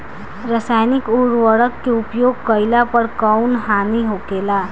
रसायनिक उर्वरक के उपयोग कइला पर कउन हानि होखेला?